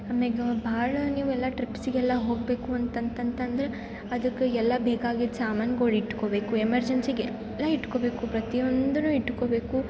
ಆಮೇಗೆ ಭಾಳ ನೀವು ಎಲ್ಲ ಟ್ರಿಪ್ಸಿಗೆಲ್ಲ ಹೊಗಬೇಕು ಅಂತಂತಂತಂದರೆ ಅದಕ್ಕೆ ಎಲ್ಲ ಬೇಕಾಗಿದ್ದು ಸಾಮಾನ್ಗಳ್ ಇಟ್ಕೋಬೇಕು ಎಮರ್ಜೆನ್ಸಿಗೆ ಎಲ್ಲ ಇಟ್ಕೊಬೇಕು ಪ್ರತಿಯೊಂದು ಇಟ್ಕೊಬೇಕು